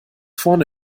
vorne